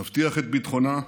נבטיח את ביטחונה,